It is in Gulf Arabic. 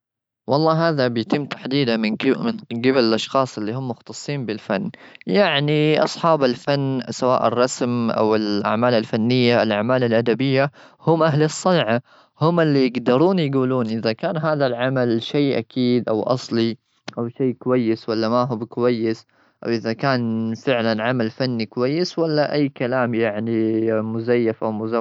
والله، هذا بيتم تحديده من قبل-من جبل الأشخاص اللي هم مختصين بالفن. يعني، أصحاب الفن، سواء الرسم أو الأعمال الفنية، الأعمال الأدبية، هم أهل الصنعة. هم اللي يقدرون يقولون إذا كان هذا العمل شيء أكيد أو أصلي أو شيء كويس ولا ما هو بكويس، أو إذا كان فعلا عمل فني كويس ولا أي كلام يعني مزيف أو مزور.